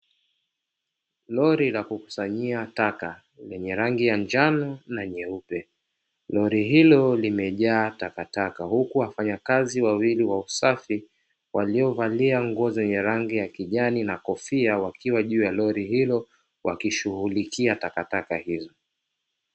Lori la kukusanyia taka lenye rangi ya njano na nyeupe, Lori hilo limejaa takataka huku wafanyakazi wawili wa usafi waliyovalia nguo zenye rangi ya kijani na kofia wakiwa juu ya Lori hilo wakishughulikia takataka hizo.